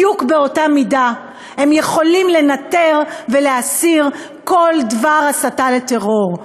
בדיוק באותה מידה הם יכולים לנטר ולהסיר כל דבר הסתה לטרור,